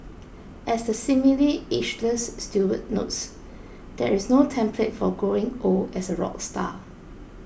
as the seemingly ageless Stewart notes there is no template for growing old as a rock star